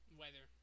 weather